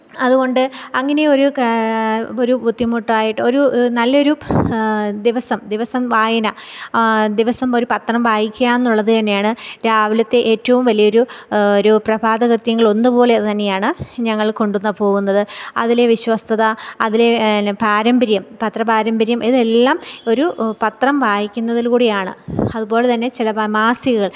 അതുകൊണ്ട് അങ്ങനെ ഒരു ബുദ്ധിമുട്ടായിട്ട് ഒരു നല്ലൊരു ദിവസം ദിവസം വായന ദിവസം ഒരു പത്രം വായിക്കുക എന്നുള്ളതു തന്നെയാണ് രാവിലത്തെ ഏറ്റവും വലിയ ഒരു ഒരു പ്രഭാതകൃത്യങ്ങൾ ഒന്നുപോലെ തന്നെയാണ് ഞങ്ങൾ കൊണ്ടു പോകുന്നത് അതിലെ വിശ്വസ്തത അതിലെ പിന്നെ പാരമ്പര്യം പത്ര പാരമ്പര്യം ഇതെല്ലാം ഒരു പത്രം വായിക്കുന്നതിലൂടെയാണ് അതുപോലെ തന്നെ ചിലപ്പം മാസികകൾ